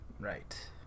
right